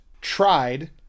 tried